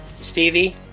Stevie